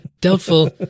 Doubtful